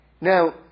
Now